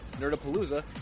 Nerdapalooza